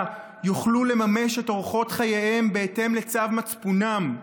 יוכלו לממש את אורחות חייהם בהתאם לצו מצפונם.